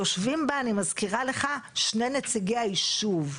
יושבים בה, אני מזכירה לך, שני נציגי היישוב.